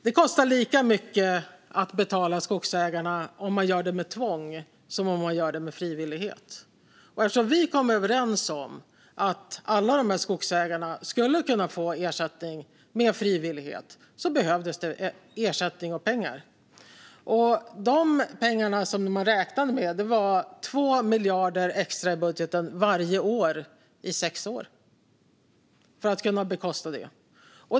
Det kostar lika mycket att betala skogsägarna om man gör det med tvång som om man gör det med frivillighet. Eftersom vi kom överens om att alla dessa skogsägare skulle kunna få ersättning med frivillighet behövdes det pengar till ersättning. De pengarna som man räknade med var 2 miljarder extra i budgeten varje år i sex år för att kunna bekosta det.